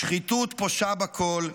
שחיתות פושה בכול,